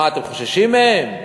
מה, אתם חוששים מהם?